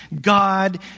God